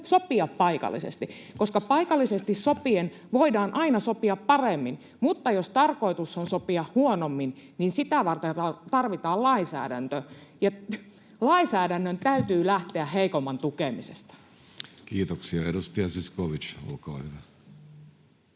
sopia paikallisesti? Koska paikallisesti sopien voidaan aina sopia paremmin, mutta jos tarkoitus on sopia huonommin, niin sitä varten tarvitaan lainsäädäntö, ja lainsäädännön täytyy lähteä heikomman tukemisesta. [Speech 85] Speaker: Jussi Halla-aho